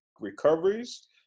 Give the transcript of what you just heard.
recoveries